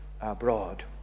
abroad